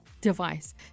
device